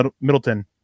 Middleton